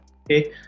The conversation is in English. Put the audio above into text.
okay